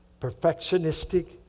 perfectionistic